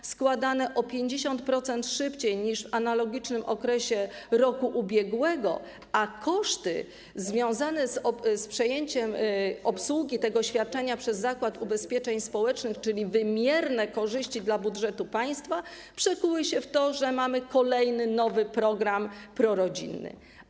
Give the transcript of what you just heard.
Są one składane o 50% szybciej niż w analogicznym okresie ubiegłego roku, a przejęcie obsługi tego świadczenia przez Zakład Ubezpieczeń Społecznych, czyli wymierne korzyści dla budżetu państwa, przekuły się w to, że mamy kolejny nowy program prorodzinny.